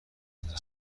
اینجا